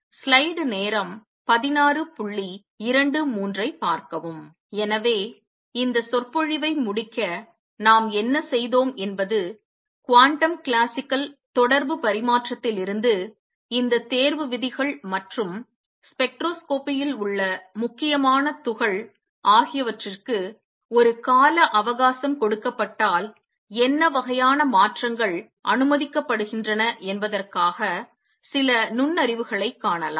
எனவே இந்த சொற்பொழிவை முடிக்க நாம் என்ன செய்தோம் என்பது குவாண்டம் கிளாசிக்கல் தொடர்புப் பரிமாற்றத்திலிருந்து இந்த தேர்வு விதிகள் மற்றும் ஸ்பெக்ட்ரோஸ்கோபியில் உள்ள முக்கியமான துகள் ஆகியவற்றிற்கு ஒரு கால அவகாசம் கொடுக்கப்பட்டால் என்ன வகையான மாற்றங்கள் அனுமதிக்கப்படுகின்றன என்பதற்கான சில நுண்ணறிவுகளைக் காணலாம்